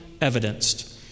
evidenced